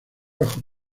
bajo